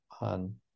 on